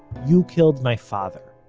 you killed my father.